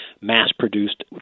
mass-produced